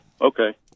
okay